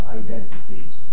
identities